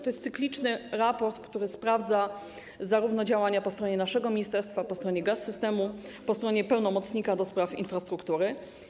To jest cykliczny raport, który sprawdza działania po stronie naszego ministerstwa, po stronie Gaz-Systemu, po stronie pełnomocnika ds. infrastruktury.